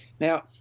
Now